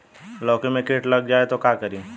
लौकी मे किट लग जाए तो का करी?